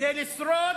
כדי לשרוד